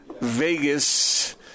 Vegas